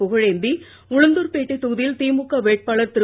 Pugazhendhi உளுந்தூர்பேட்டைதொகுதியில்திமுகவேட்பாளர்திரு